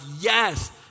yes